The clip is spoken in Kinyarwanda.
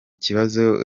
kibazo